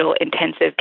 intensive